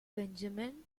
benjamin